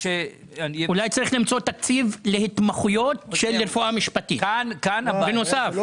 צריך למצוא תקציב להתמחויות של רפואה משפטית בנוסף.